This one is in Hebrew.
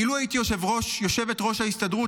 אילו הייתי יושבת-ראש ההסתדרות,